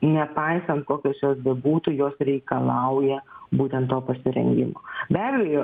nepaisant kokios jos bebūtų jos reikalauja būtent to pasirengimo be abejo